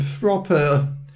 proper